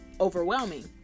overwhelming